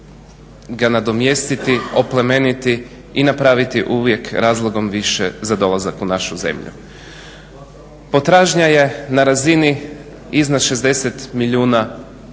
ga nadomjestiti, oplemeniti i napraviti uvijek razlogom više za dolazak u našu zemlju. Potražnja je na razini iznad 60 milijuna noćenja,